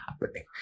happening